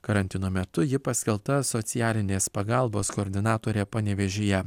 karantino metu ji paskelbta socialinės pagalbos koordinatore panevėžyje